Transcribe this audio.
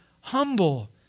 humble